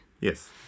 Yes